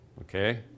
Okay